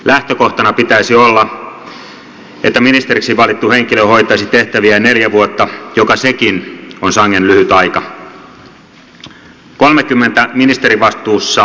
lähtökohtana pitäisi olla että ministeriksi valittu henkilö hoitaisi tehtäviään neljä vuotta joka sekin on sangen lyhyt aika